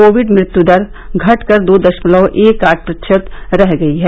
Covid मृत्यु दर घटकर दो दशमलव एक आठ प्रतिशत रह गई है